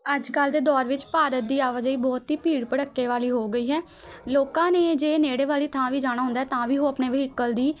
ਅੱਜ ਕੱਲ੍ਹ ਦੇ ਦੌਰ ਵਿੱਚ ਭਾਰਤ ਦੀ ਆਵਾਜਾਈ ਬਹੁਤ ਹੀ ਭੀੜ ਭੜੱਕੇ ਵਾਲੀ ਹੋ ਗਈ ਹੈ ਲੋਕਾਂ ਨੇ ਜੇ ਨੇੜੇ ਵਾਲੀ ਥਾਂ ਵੀ ਜਾਣਾ ਹੁੰਦਾ ਹੈ ਤਾਂ ਵੀ ਉਹ ਆਪਣੇ ਵਹੀਕਲ ਦੀ